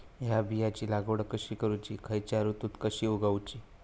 हया बियाची लागवड कशी करूची खैयच्य ऋतुत कशी उगउची?